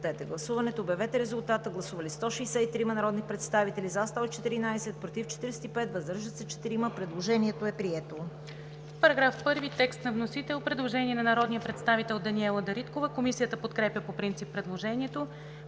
отразено в нов § 13. Предложение на народния представител Даниела Дариткова. Комисията подкрепя по принцип предложението.